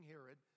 Herod